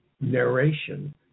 narration